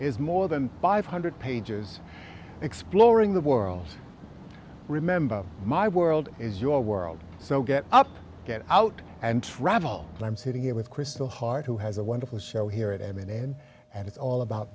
is more than five hundred pages exploring the worlds remember my world is your world so get up get out and travel and i'm sitting here with crystal hart who has a wonderful show here at i mean it's all about